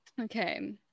Okay